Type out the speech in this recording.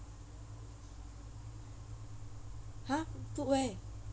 !huh! put where